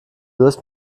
löst